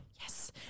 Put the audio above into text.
Yes